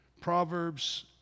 Proverbs